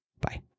Bye